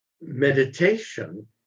Meditation